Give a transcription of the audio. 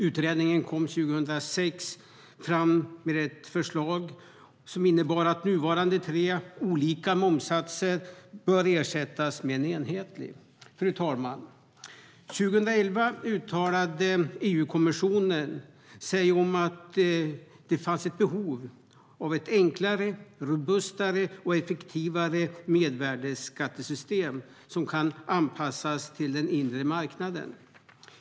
Utredningen kom 2006 fram till ett förslag som innebar att nuvarande tre olika momssatser borde ersättas med en enhetlig. Fru talman! År 2011 uttalade EU-kommissionen att det fanns ett behov av ett enklare, robustare och effektivare mervärdesskattesystem som kan anpassas till den inre marknaden.